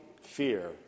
fear